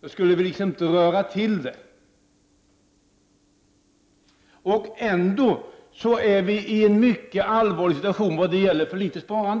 då skall vi inte röra till det. Ändå är vi i en mycket allvarlig situation vad gäller för litet sparande.